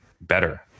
better